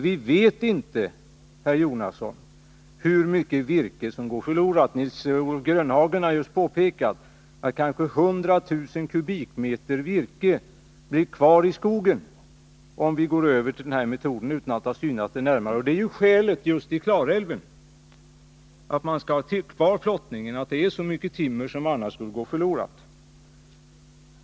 Vi vet inte, herr Jonasson, hur mycket virke som går förlorat. Nils-Olof Grönhagen har just påpekat att kanske 100 000 m? virke blir kvar i skogen, om vi går över till den här metoden utan att ha synat den närmare. Skälet till att man vill ha kvar flottningen i Klarälven är just att så mycket timmer annars skulle gå förlorat.